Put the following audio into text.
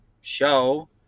show